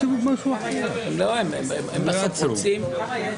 מה שאתם כתבתם, לא נגעתי ל-428א(ה2).